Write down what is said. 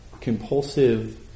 compulsive